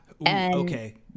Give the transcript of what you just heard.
okay